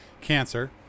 cancer